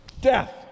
death